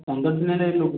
ପନ୍ଦରଦିନରେ